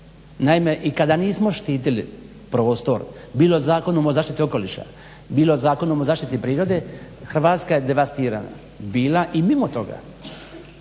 Naime i kada nismo štitili prostor bilo Zakonom o zaštiti okoliša, bilo Zakonom o zaštiti prirode Hrvatska je devastirana bila i mimo toga.